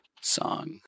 Song